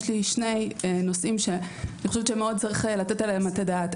יש לי שני נושאים שאני חושבת שמאוד צריך לתת עליהם את הדעת.